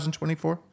2024